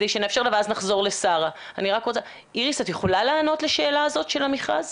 את יכולה לענות לשאלה הזאת של המכרז?